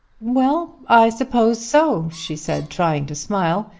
well i suppose so, she said trying to smile.